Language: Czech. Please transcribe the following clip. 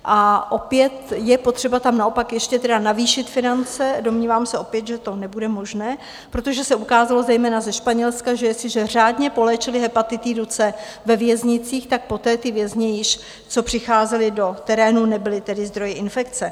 A opět je potřeba tam naopak ještě tedy navýšit finance domnívám se opět, že to nebude možné protože se ukázalo zejména ze Španělska, že jestliže řádně poléčili hepatitidu C ve věznicích, tak poté ti vězni již, co přicházeli do terénu, nebyli tedy zdroje infekce.